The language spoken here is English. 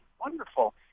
wonderful